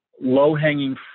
low-hanging